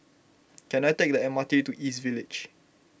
can I take the M R T to East Village